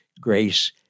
grace